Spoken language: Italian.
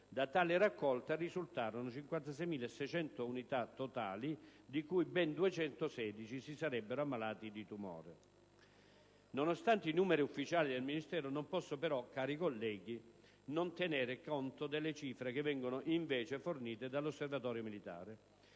Da tale raccolta risultarono 56.600 unità totali, di cui ben 216 si sarebbero ammalati di tumore. Nonostante i numeri ufficiali del Ministero, non posso però - cari colleghi - non tenere conto delle cifre che vengono invece fornite dall'Osservatorio militare,